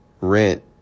rent